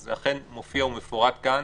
אז אכן מופיע ומפורט כאן.